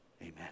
Amen